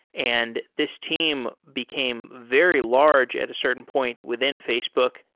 and this team became very large at a certain point within facebook.